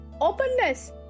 openness